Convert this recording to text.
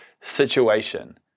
situation